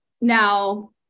Now